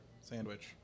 sandwich